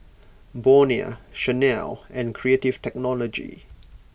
Bonia Chanel and Creative Technology